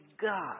god